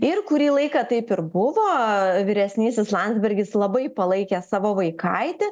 ir kurį laiką taip ir buvo vyresnysis landsbergis labai palaikė savo vaikaitį